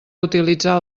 utilitzar